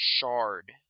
Shard